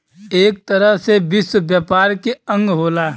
एक तरह से विश्व व्यापार के अंग होला